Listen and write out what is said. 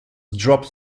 dropped